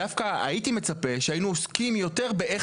דווקא הייתי מצפה שהיינו עוסקים יותר באיך